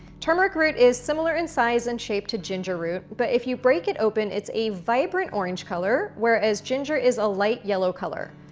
turmeric root is similar in size and shape to ginger root but if you break it open, it's a vibrant orange color whereas ginger is a light yellow color.